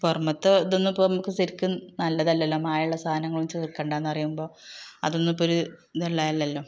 പൊർമത്ത് ഇതൊന്നും ഇപ്പോൾ നമുക്ക് ശരിക്ക് നല്ലതല്ലല്ലോ മായമുള്ള സാധനങ്ങളൊന്നും ചേർക്കണ്ട എന്ന് പറയുമ്പോൾ അതൊന്നും ഇപ്പോൾ ഒരു ഇതല്ലാലോ